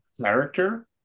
character